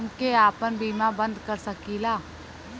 हमके आपन बीमा बन्द कर सकीला?